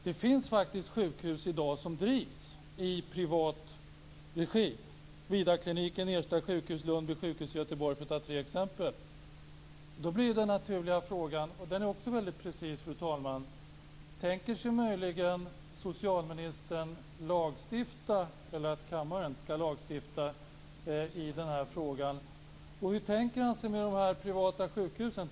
Det finns sjukhus som drivs i privat regi - tre exempel är Vidarkliniken, Ersta sjukhus och Lundby sjukhus i Göteborg. Då har jag en naturlig och precis fråga: Tänker sig möjligen socialministern att kammaren ska lagstifta i frågan? Hur tänker han sig de privata sjukhusen?